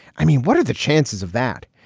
i mean, what are the chances of that?